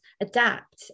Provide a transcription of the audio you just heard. adapt